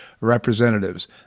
representatives